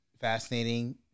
fascinating